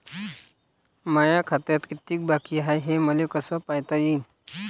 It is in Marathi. माया खात्यात कितीक बाकी हाय, हे मले कस पायता येईन?